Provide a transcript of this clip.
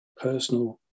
personal